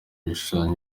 bishushanya